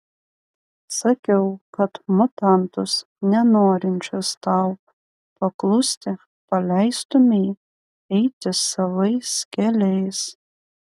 sakiau kad mutantus nenorinčius tau paklusti paleistumei eiti savais keliais